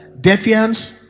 Defiance